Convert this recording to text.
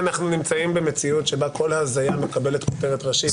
אנחנו נמצאים במציאות שבה כל הזיה מקבלת כותרת ראשית.